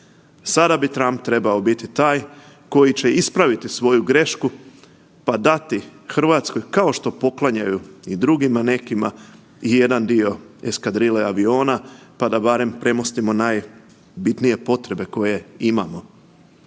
Sada bi Trump trebao biti taj koji će ispraviti svoju grešku pa dati Hrvatskoj kao što poklanjaju i drugima nekima i jedan dio eskadrile aviona pa da barem premostimo najbitnije potrebe koje imamo.